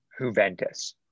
Juventus